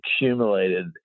accumulated